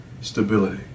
stability